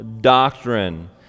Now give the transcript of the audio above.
doctrine